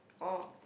oh